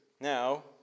Now